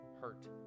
hurt